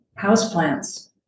houseplants